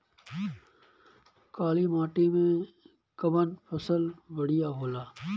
काली माटी मै कवन फसल बढ़िया होला?